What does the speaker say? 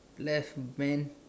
left bend